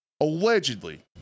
allegedly